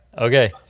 Okay